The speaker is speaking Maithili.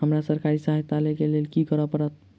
हमरा सरकारी सहायता लई केँ लेल की करऽ पड़त?